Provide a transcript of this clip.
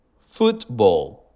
football